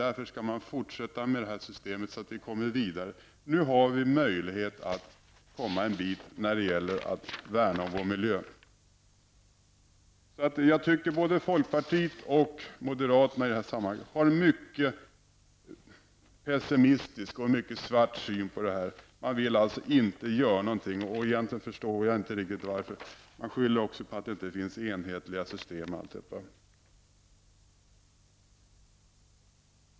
Därför skall man fortsätta med det här systemet så att vi kommer vidare. Nu har vi en möjlighet att komma en bit på väg när det gäller att värna om vår miljö. Jag tycker att både folkpartiet och moderaterna har en mycket pessimistisk och svart syn på det här. Man vill alltså inte göra någonting, och egentligen förstår jag inte riktigt varför. Man skyller också på att det inte finns enhetliga system.